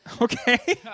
Okay